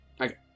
Okay